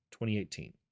2018